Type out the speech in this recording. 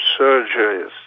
surgeries